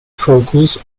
focus